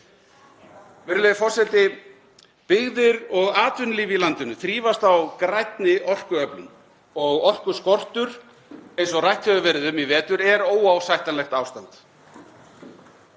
Virðulegi forseti. Byggðir og atvinnulíf í landinu þrífast á grænni orkuöflun og orkuskortur, eins og rætt hefur verið um í vetur, er óásættanlegt ástand.